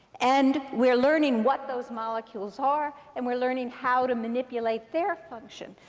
and we're learning what those molecules are. and we're learning how to manipulate their function.